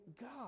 God